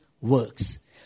works